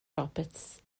roberts